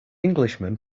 englishman